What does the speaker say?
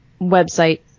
website